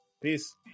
Peace